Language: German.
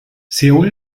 seoul